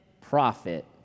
profit